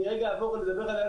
אני רגע אעבור ולדבר על אל על,